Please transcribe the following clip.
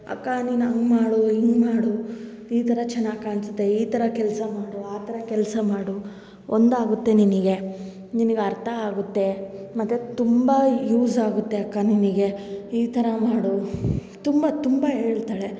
ಅಕ್ಕ ನೀನು ಹಂಗೆ ಮಾಡು ಹಿಂಗೆ ಮಾಡು ಈ ಥರ ಚೆನ್ನಾಗಿ ಕಾಣ್ಸುತ್ತೆ ಈ ಥರ ಕೆಲಸ ಮಾಡು ಆ ಥರ ಕೆಲಸ ಮಾಡು ಒಂದಾಗುತ್ತೆ ನಿನಗೆ ನಿನಗೆ ಅರ್ಥ ಆಗುತ್ತೆ ಮತ್ತು ತುಂಬ ಯೂಸ್ ಆಗುತ್ತೆ ಅಕ್ಕ ನಿನಗೆ ಈ ಥರ ಮಾಡು ತುಂಬ ತುಂಬಾ ಹೇಳ್ತಾಳೆ